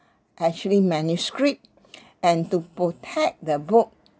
actually manuscript and to protect the book